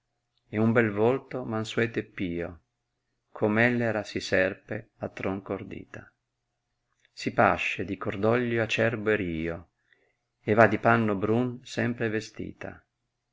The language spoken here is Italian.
e n un bel volto mansueto e pio com ellera si serpe a tronco ordita si pasce di cordoglio acerbo e rio e va di panno brun sempre vestita